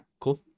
cool